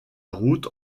route